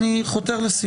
אני אוותר.